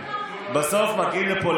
בסוף מגיעים לפה,